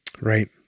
Right